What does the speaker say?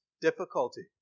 difficulty